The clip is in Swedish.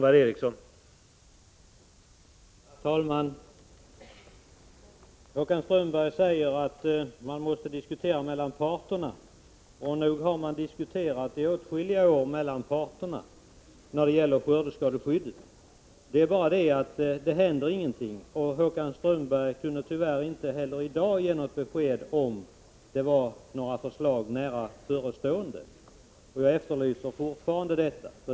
Herr talman! Håkan Strömberg säger att man måste diskutera mellan parterna. Nog har man diskuterat i åtskilliga år mellan parterna när det gäller skördeskadeskyddet. Det är bara det att det inte händer någonting, och Håkan Strömberg kunde tyvärr inte heller i dag ge besked, om några förslag var nära förestående. Jag efterlyser fortfarande detta.